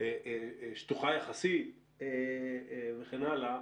שטוחה יחסית וכן הלאה,